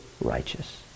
righteous